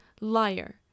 liar